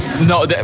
No